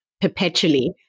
perpetually